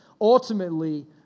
ultimately